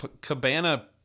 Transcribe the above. Cabana